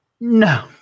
No